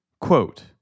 Quote